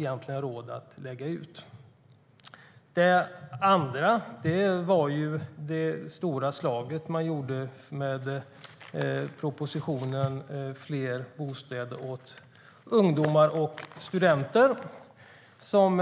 egentligen har råd med..